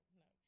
no